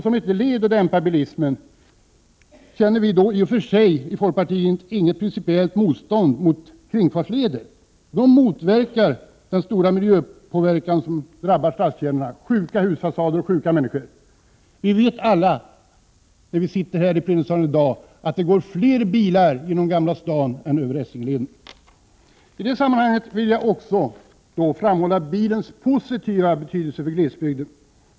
Som ett led i att dämpa bilismen känner vi i folkpartiet i och för sig inget principiellt motstånd mot kringfartsleder. De mildrar den stora miljöpåverkan som nu drabbar stadskärnorna och som leder till sjuka husfasader och sjuka människor. I dag vet vi alla här i plenisalen att det går fler bilar genom Gamla stan än över Essingeleden. I det sammanhanget vill jag också framhålla bilens positiva betydelse för glesbygden.